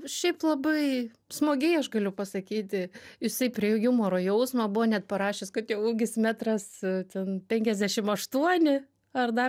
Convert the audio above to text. šiaip labai smagiai aš galiu pasakyti jisai prie jumoro jausmo buvo net parašęs kad jo ūgis metras ten penkiasdešim aštuoni ar dar